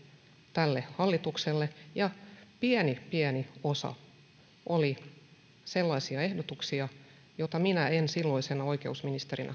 tälle hallitukselle ja pieni pieni osa oli sellaisia ehdotuksia joita minä en silloisena oikeusministerinä